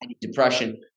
Depression